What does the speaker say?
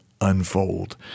unfold